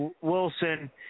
Wilson